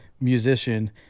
musician